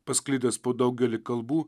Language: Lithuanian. pasklidęs po daugelį kalbų